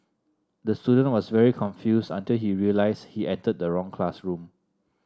the student was very confused until he realised he entered the wrong classroom